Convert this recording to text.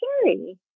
scary